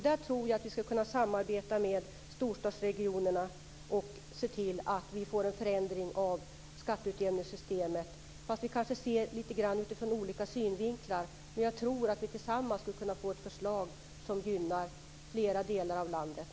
Där tror jag att vi skall kunna samarbeta med storstadsregionerna och se till att vi får en förändring av skatteutjämningssystemet. Vi ser det kanske lite grann från olika synvinklar, men jag tror att vi tillsammans skulle kunna få fram ett förslag som gynnar flera delar av landet.